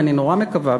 ואני נורא מקווה,